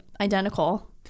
identical